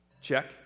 check